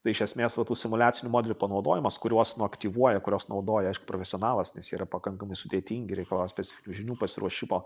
tai iš esmės va tų simuliacinių modelių panaudojimas kuriuos nu aktyvuoja kuriuos naudoja aišku profesionalas nes jie yra pakankamai sudėtingi reikalauja specifinių žinių pasiruošimo